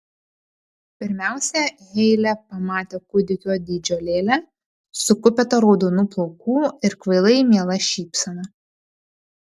pirmiausia heile pamatė kūdikio dydžio lėlę su kupeta raudonų plaukų ir kvailai miela šypsena